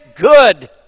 good